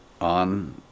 On